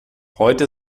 heute